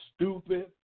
stupid